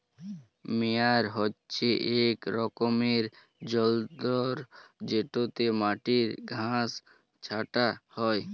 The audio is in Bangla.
মেয়ার হছে ইক রকমের যল্তর যেটতে মাটির ঘাঁস ছাঁটা হ্যয়